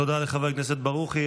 תודה לחבר הכנסת ברוכי.